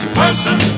person